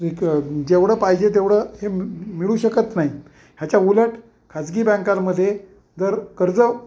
एक जेवढं पाहिजे तेवढं हे मिळू शकत नाही ह्याच्या उलट खाजगी बँकांमधे जर कर्ज